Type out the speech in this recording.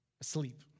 asleep